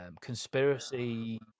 conspiracy